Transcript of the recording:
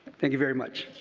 thank you very much.